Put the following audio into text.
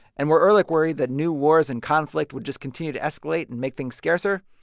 and where ehrlich worried that new wars and conflict would just continue to escalate and make things scarcer,